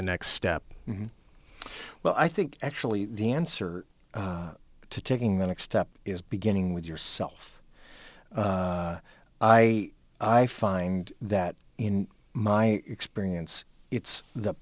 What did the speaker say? the next step well i think actually the answer to taking the next step is beginning with yourself i i find that in my experience it's the